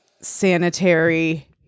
sanitary